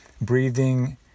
breathing